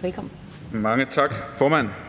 Kl. 13:58 (Ordfører)